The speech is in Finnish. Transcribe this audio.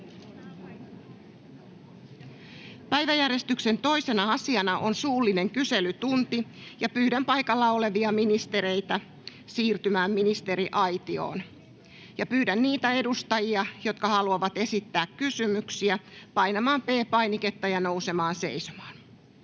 Päiväjärjestyksen 2. asiana on suullinen kyselytunti. Pyydän paikalla olevia ministereitä siirtymään ministeriaitioon. Pyydän niitä edustajia, jotka haluavat esittää kysymyksiä, painamaan P-painiketta ja nousemaan seisomaan.